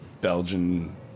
Belgian